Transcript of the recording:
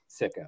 sicko